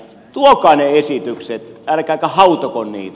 tuokaa ne esitykset älkääkä hautoko niitä